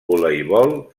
voleibol